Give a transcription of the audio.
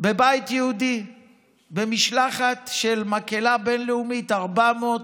בבית יהודי במשלחת של מקהלה בין-לאומית, 400